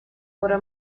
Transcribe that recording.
obra